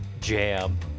jam